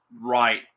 right